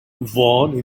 vaughan